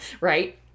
right